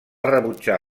rebutjar